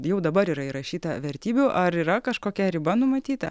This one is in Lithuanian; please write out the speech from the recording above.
jau dabar yra įrašyta vertybių ar yra kažkokia riba numatyta